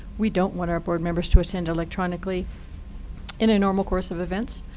we don't want our board members to attend electronically in a normal course of events.